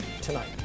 tonight